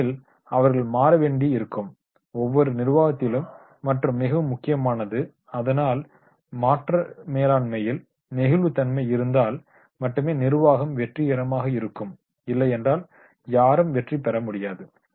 ஏனெனில் அவர்கள் மாற வேண்டி இருக்கும் ஒவ்வொரு நிர்வாகத்திலும் மற்றும் மிகவும் முக்கியமானது அதனால் மாற்ற மேலாண்மையில் நெகிழ்வுத்தன்மை இருந்தால் மட்டுமே நிர்வாகம் வெற்றிகரமாக இருக்கும் இல்லையென்றால் யாரும் வெற்றி பெறமுடியாது